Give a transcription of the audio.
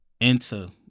enter